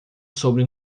sobre